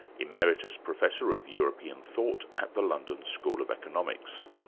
emeritus professor of european thought at the london school of economics.